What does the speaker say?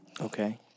Okay